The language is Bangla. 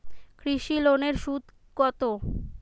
কৃষি লোনের সুদ কত?